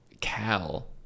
cal